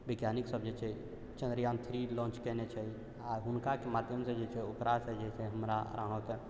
वैज्ञानिक सभ जे छै चन्द्रयान थ्री लाँच केने छै आ हुनका के माध्यमसँ जे छै ओकरासँ जे छै हमरा अहाँके